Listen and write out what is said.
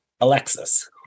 Alexis